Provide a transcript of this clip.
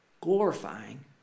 glorifying